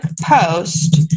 post